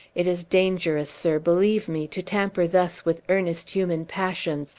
it is dangerous, sir, believe me, to tamper thus with earnest human passions,